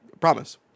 Promise